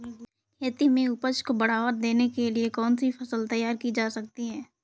खेती में उपज को बढ़ावा देने के लिए कौन सी फसल तैयार की जा सकती है?